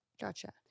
gotcha